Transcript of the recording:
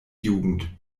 jugend